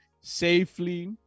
safely